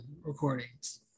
recordings